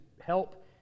help